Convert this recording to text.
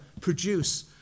produce